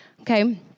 Okay